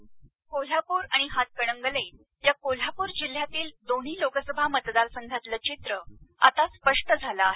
व्हीओ कोल्हापूर आणि हातकणंगले या कोल्हापूर जिल्ह्यातील दोन्ही लोकसभा मतदारसंघातलं चित्र ता स्पष्ट झालं आहे